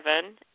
seven